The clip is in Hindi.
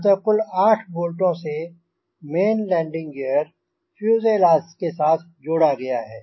अतः कुल आठ बोल्टों से मेन लैंडिंग ग़ीयर फ़्यूज़ेलाज़ के साथ जोड़ा गया है